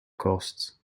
costs